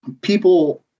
people